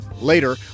Later